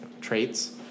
traits